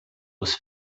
was